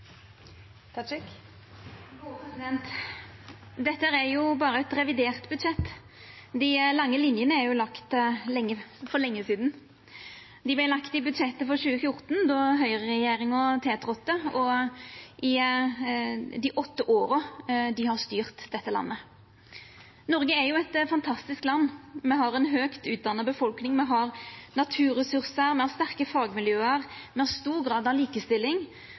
Dette er berre eit revidert budsjett. Dei lange linene vart jo lagde for lenge sidan. Dei vart lagde i budsjettet for 2014, då Høgre-regjeringa tiltredde, og i dei åtte åra dei har styrt dette landet. Noreg er eit fantastisk land. Me har ei høgt utdanna befolkning, me har naturressursar, me har sterke fagmiljø, me har stor grad av likestilling,